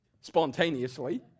spontaneously